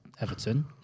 Everton